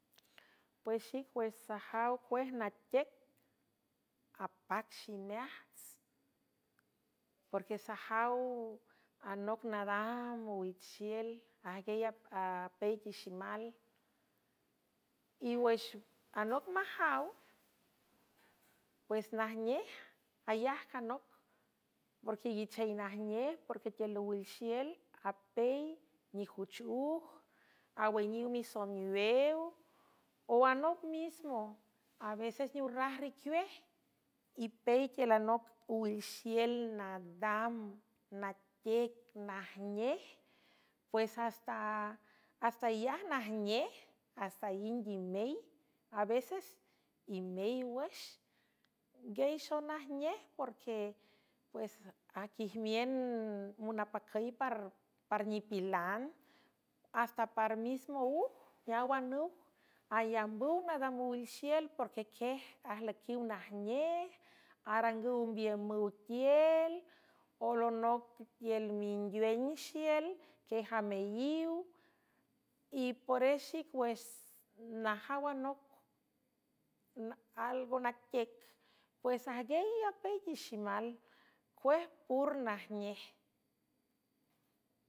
Pues xic wüx sajaw cuej naquec apac ximeajts porque sajaw anoc nadam owilxiel ajgiey pelti ximal y wx anoc majaw pues najnej ayajc anoc porque iguichey najnej porque tiül lowilxiel apey nejuch uj awaniw misomiwew o anoc mismo a veces niorraj ricuej ipey tiül anoc uwilxiel nadam naquec najnej pues hasta alaj najnej hasta ind imey a veces imey wüx nguiey xon najnej porque pues aquijmiün monapacüy par nipilan hasta par mismo uj neaw anuj ayambüw nadam üwilxiel porque quiej ajlüquiw najnej arangüw mbiemüw tiel o lonoc tiül mingwenxiel quiejamelyíw y pores xic wüx najaw noalgo naquec pues ajguey apelti ximal cuej pur najnej.